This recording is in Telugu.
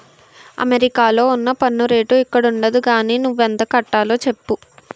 అమెరికాలో ఉన్న పన్ను రేటు ఇక్కడుండదు గానీ నువ్వెంత కట్టాలో చెప్పు